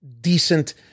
decent